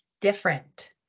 different